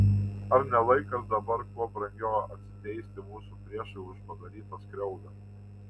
ar ne laikas dabar kuo brangiau atsiteisti mūsų priešui už padarytą skriaudą